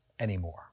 anymore